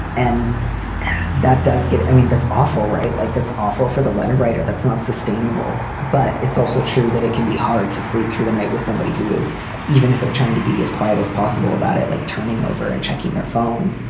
and that does get i mean, that's awful, right? like, that's awful for the letter writer. that's not sustainable. but it's also true that it can be hard to sleep through the night with somebody who is even if they're trying to be as quiet as possible about it. like turning over and checking their phone.